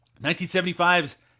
1975's